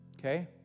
Okay